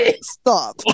Stop